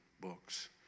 books